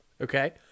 okay